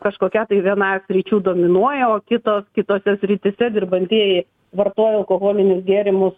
kažkokia tai viena sričių dominuoja o kitos kitose srityse dirbantieji vartoja alkoholinius gėrimus